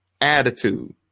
attitude